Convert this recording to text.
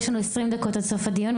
ויש לנו 20 דקות עד סוף הדיון,